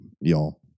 y'all